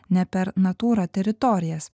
ne per natūrą teritorijas